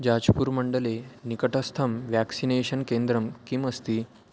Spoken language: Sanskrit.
जाज्पुर् मण्डले निकटस्थं व्याक्सिनेषन् केन्द्रं किम् अस्ति